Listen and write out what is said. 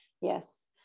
Yes